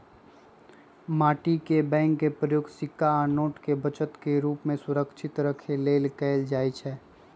माटी के बैंक के प्रयोग सिक्का आ नोट के बचत के रूप में सुरक्षित रखे लेल कएल जाइ छइ